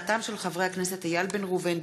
הצעתם של חברי הכנסת איל בן ראובן,